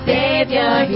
Savior